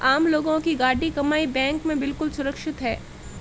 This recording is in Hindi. आम लोगों की गाढ़ी कमाई बैंक में बिल्कुल सुरक्षित है